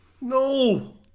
no